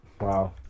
Wow